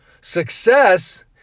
Success